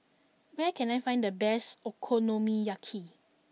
where can I find the best Okonomiyaki